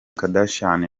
kardashian